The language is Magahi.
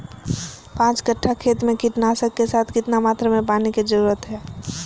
पांच कट्ठा खेत में कीटनाशक के साथ कितना मात्रा में पानी के जरूरत है?